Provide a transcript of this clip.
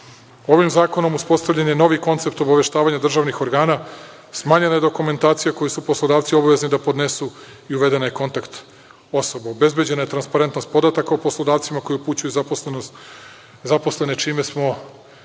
Ovim zakonom uspostavljen je novi koncept obaveštavanja državnih organa, smanjena je dokumentacija koju su poslodavci obavezni da podnesu i uvedena je kontakt osoba, obezbeđena je transparentnost podataka o poslodavcima koji upućuju zaposlene, čime smo